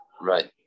Right